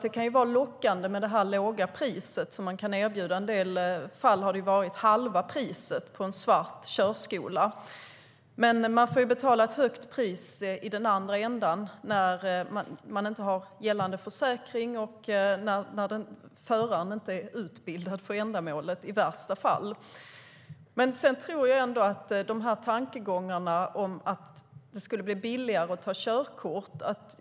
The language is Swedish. Det kan vara lockande med det låga pris som erbjuds - i en del fall har det varit halva priset i en svart körskola. Men man får betala ett högt pris i andra ändan när man inte har gällande försäkring och läraren i värsta fall inte är utbildad för ändamålet. Men jag tror ändå att det är värt att föra vidare tankegångarna om att det borde vara billigare att ta körkort.